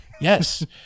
yes